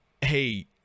Hey